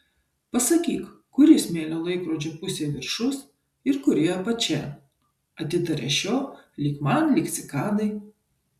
pasakyk kuri smėlio laikrodžio pusė viršus ir kuri apačia atitaria šio lyg man lyg cikadai